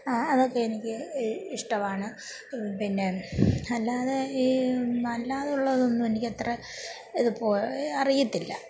അതൊക്കെ എനിക്ക് ഇഷ്ടമാണ് പിന്നെ അല്ലാതെ ഈ അല്ലാതുള്ളതൊന്നും എനിക്കത്ര ഇത് പോ അറിയത്തില്ല